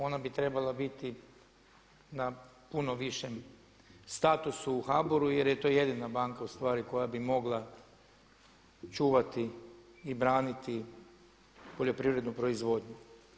Ona bi trebala biti na puno višem statusu u HBOR-u jer je to jedina banka ustvari koja bi mogla čuvati i braniti poljoprivrednu proizvodnju.